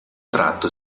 tratto